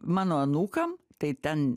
mano anūkam tai ten